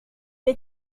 est